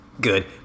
Good